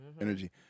energy